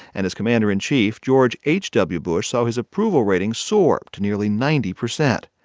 and as commander in chief, george h w. bush saw his approval ratings soar to nearly ninety percent.